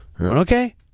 Okay